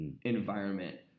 environment